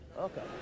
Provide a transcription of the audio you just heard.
Okay